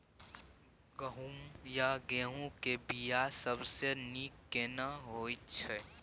गहूम या गेहूं के बिया सबसे नीक केना होयत छै?